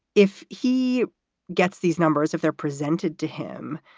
if he gets these numbers, if they're presented to him,